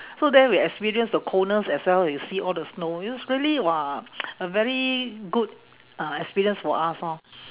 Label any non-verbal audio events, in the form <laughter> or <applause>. so there we experience the coldness as well when you see all the snow it's really !wah! <noise> a very good uh experience for us lor